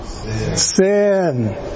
Sin